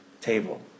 table